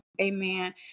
Amen